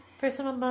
Personal